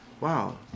wow